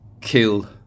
kill